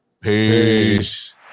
Peace